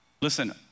Listen